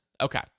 Okay